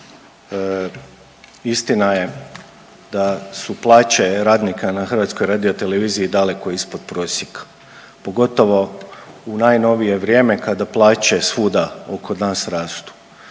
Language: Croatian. Istina je da su plaće radnika na HRT daleko ispod prosjeka. Pogotovo u najnovije vrijeme kada plaće svuda oko nas rastu.